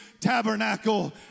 tabernacle